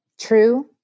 true